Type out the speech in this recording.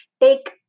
take